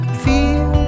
feel